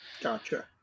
Gotcha